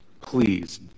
Please